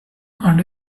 and